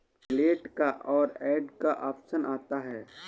delete का और add का ऑप्शन आता है